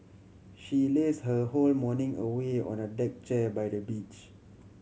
she laze her whole morning away on a deck chair by the beach